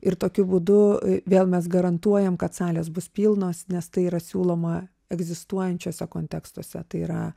ir tokiu būdu vėl mes garantuojam kad salės bus pilnos nes tai yra siūloma egzistuojančiuose kontekstuose tai yra